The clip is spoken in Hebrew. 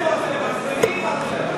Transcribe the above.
הבנתי את הרמז שלך,